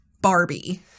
Barbie